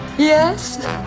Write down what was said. Yes